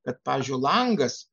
kad pavyzdžiui langas